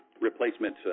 replacement